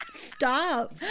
Stop